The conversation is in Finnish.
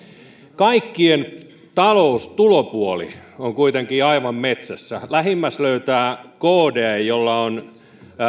kaikkien talous tulopuoli on kuitenkin aivan metsässä lähimmäs löytää kd jolla on